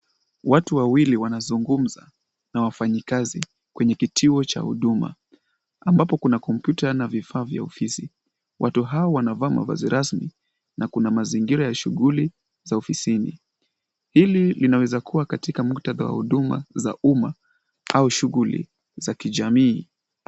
Watu wawili wanazungumza na wafanyikazi kwenye kituo cha huduma, ambapo kuna kompyuta na vifaa vya ofisi. Watu hawa wanavaa mavazi rasmi na kuna mazingira ya shughuli za ofisini. Hili linaweza kuwa katika muktadha wa huduma za uma au shughuli za kijamii.